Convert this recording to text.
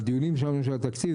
קרן מודרי אשראי,